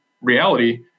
reality